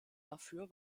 dafür